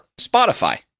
Spotify